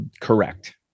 correct